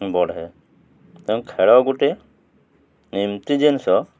ବଢ଼େ ତେଣୁ ଖେଳ ଗୋଟେ ଏମିତି ଜିନିଷ